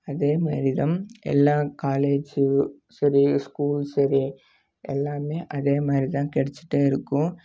அதே மாரி தான் எல்லா காலேஜும் சரி ஸ்கூல் சரி எல்லாமே அதே மாரி தான் கிடைச்சிட்டே இருக்கும்